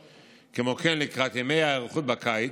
כמו כן, לקראת ימי ההיערכות בקיץ,